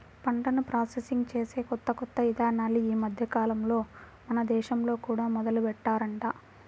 పంటను ప్రాసెసింగ్ చేసే కొత్త కొత్త ఇదానాలు ఈ మద్దెకాలంలో మన దేశంలో కూడా మొదలుబెట్టారంట